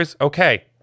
Okay